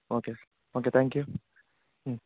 okay okay thank you